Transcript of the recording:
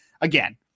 again